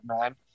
man